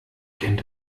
kennt